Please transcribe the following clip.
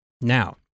Now